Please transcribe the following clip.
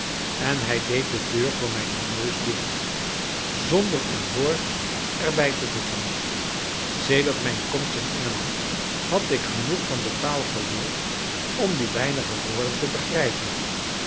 en hij deed de deur voor mijne neus dicht zonder een woord erbij te voegen sedert mijn komst in engeland had ik genoeg van de taal geleerd om die weinige woorden te begrijpen